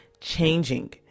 Changing